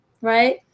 right